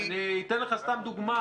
אני אתן לך סתם דוגמה,